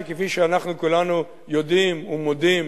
שכפי שאנחנו כולנו יודעים ומודים,